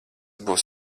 būs